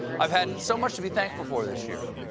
i've had so much to be thankful for this year.